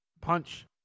punch